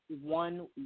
one